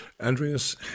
Andreas